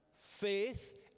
faith